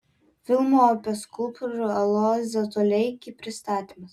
filmo apie skulptorių aloyzą toleikį pristatymas